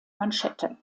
manschette